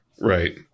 Right